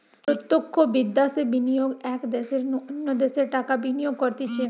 প্রত্যক্ষ বিদ্যাশে বিনিয়োগ এক দ্যাশের নু অন্য দ্যাশে টাকা বিনিয়োগ করতিছে